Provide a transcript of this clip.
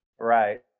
Right